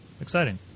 exciting